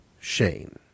Shane